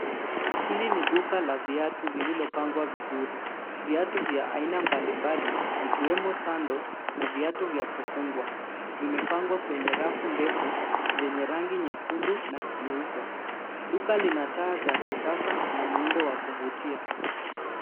Hili ni duka la viatu lililopangwa vizuri, viatu vya aina mbali mbali ikiwemo sandle na viatu vya kufungwa vimepangwa kwenye rafu ndefu zenye rangi nyekundu na nyeupe. Duka lina taa za kisasa na muundo wa kuvutia.